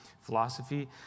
Philosophy